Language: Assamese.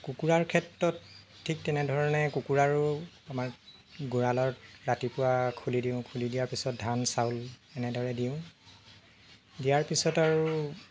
কুকুৰাৰ ক্ষেত্ৰত ঠিক তেনেধৰণে কুকুৰাৰো আমাৰ গঁৰালত ৰাতিপুৱা খুলি দিওঁ খুলি দিয়াৰ পিছত ধান চাউল এনেদৰে দিওঁ দিয়াৰ পিছত আৰু